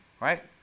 Right